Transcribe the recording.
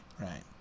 right